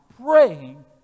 praying